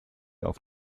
auf